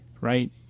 Right